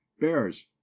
bears